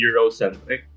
Eurocentric